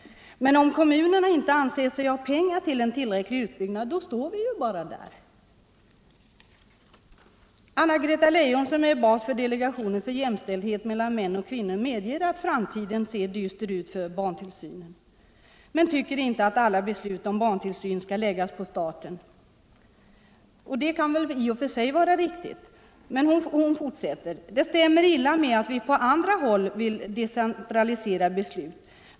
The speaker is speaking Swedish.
Om kommunerna nu inte anser sig ha pengar till en tillräcklig utbyggnad, då står vi bara där. Anna-Greta Leijon, som är bas för delegationen för jämställdhet mellan män och kvinnor, medger att framtiden ser dyster ut för barntillsynen, men hon tycker inte att alla beslut om barntillsyn skall läggas på staten. Det kan väl i och för sig vara riktigt, men hon fortsätter: Det stämmer illa med att vi på andra håll vill decentralisera beslut.